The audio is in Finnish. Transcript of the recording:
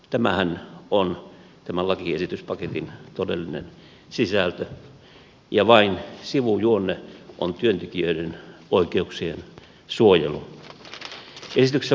tämähän on tämän lakiesityspaketin todellinen sisältö ja vain sivujuonne on työntekijöiden oikeuksien suojelu